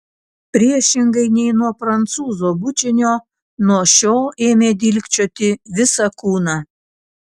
priešingai nei nuo prancūzo bučinio nuo šio ėmė dilgčioti visą kūną